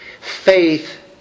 Faith